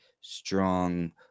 strong